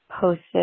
posted